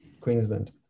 Queensland